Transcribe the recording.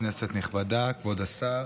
כנסת נכבדה, כבוד השר,